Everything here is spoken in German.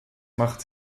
macht